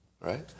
right